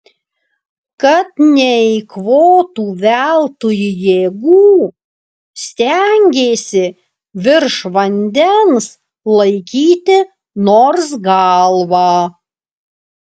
kad neeikvotų veltui jėgų stengėsi virš vandens laikyti nors galvą